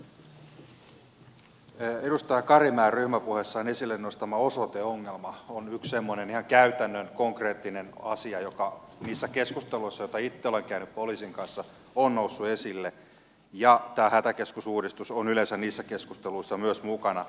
tuo edustaja karimäen ryhmäpuheessaan esille nostama osoiteongelma on yksi semmoinen ihan käytännön konkreettinen asia joka niissä keskusteluissa joita itse olen käynyt poliisin kanssa on noussut esille ja tämä hätäkeskusuudistus on yleensä niissä keskusteluissa myös mukana